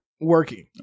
working